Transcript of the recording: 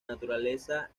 naturaleza